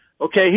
Okay